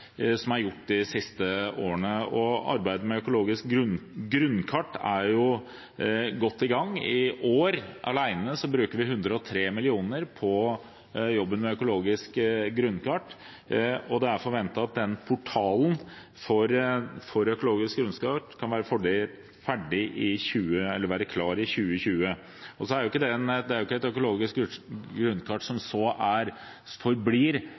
som er gjort de siste årene. Arbeidet med økologisk grunnkart er godt i gang. I år, alene, bruker vi 103 mill. kr på jobben med økologisk grunnkart, og det er forventet at portalen for økologiske grunnkart kan være klar i 2020. Det er jo ikke et økologisk grunnkart som er og blir ferdig noen gang, dette vil være et kontinuerlig arbeid, for hele tiden å videreutvikle det, sånn at det er